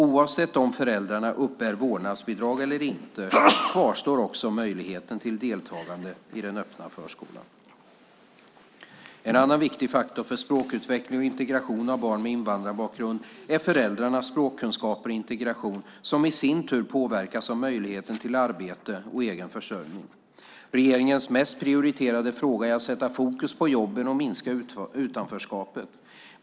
Oavsett om föräldrarna uppbär vårdnadsbidrag eller inte kvarstår också möjligheten till deltagande i den öppna förskolan. En annan viktig faktor för språkutveckling och integration av barn med invandrarbakgrund är föräldrarnas språkkunskaper och integration, som i sin tur påverkas av möjligheten till arbete och egen försörjning. Regeringens mest prioriterade fråga är att sätta fokus på jobben och minska utanförskapet.